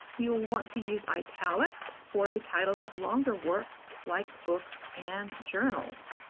you'll want to use italics for the titles of longer works like books and journals,